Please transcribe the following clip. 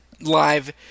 live